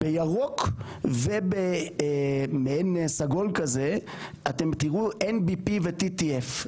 בירוק ובמעין סגול כזה אתם תיראוNBP ו-TTF.